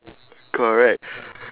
correct